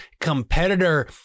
competitor